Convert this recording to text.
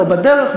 לא בדרך,